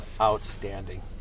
outstanding